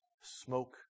smoke